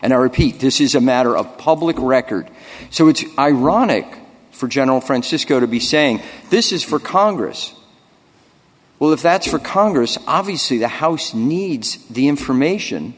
repeat this is a matter of public record so it's ironic for general francisco to be saying this is for congress well if that's for congress obviously the house needs the information